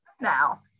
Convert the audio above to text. now